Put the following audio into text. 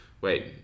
wait